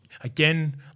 again